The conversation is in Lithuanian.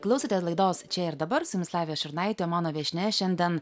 klausote laidos čia ir dabar su jumis lavija šurnaitė o mano viešnia šiandien